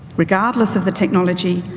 regardless of the technology,